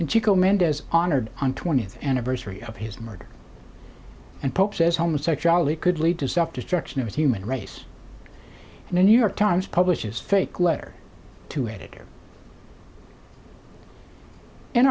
in chico mendez honored on twentieth anniversary of his murder and pope says homosexuality could lead to self destruction of human race and the new york times publishes fake letter to editor in